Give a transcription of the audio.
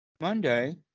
Monday